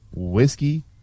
Whiskey